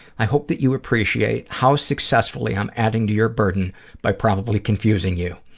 i hope that you appreciate how successfully i'm adding to your burden by probably confusing you.